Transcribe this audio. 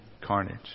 carnage